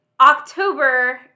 October